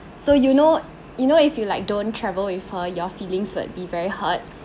so you know you know if you like don't travel with her your feelings would be very hurt